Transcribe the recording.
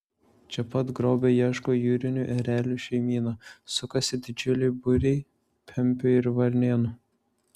čia pat grobio ieško jūrinių erelių šeimyna sukasi didžiuliai būriai pempių ir varnėnų